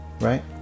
right